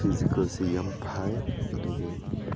ꯐꯤꯖꯤꯀꯦꯜꯁꯦ ꯌꯥꯝ ꯐꯩ ꯑꯗꯨꯒ